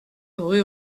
rue